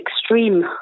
extreme